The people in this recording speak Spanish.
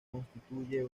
constituyen